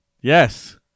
Yes